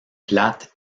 plate